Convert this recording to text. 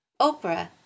Oprah